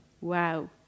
Wow